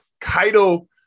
Kaido